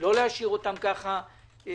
לא להשאיר אותן לגורלן,